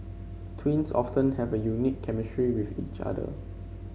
twins often have a unique chemistry with each other